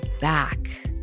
back